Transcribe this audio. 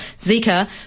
Zika